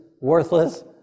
worthless